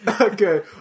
okay